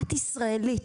את ישראלית.